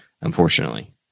unfortunately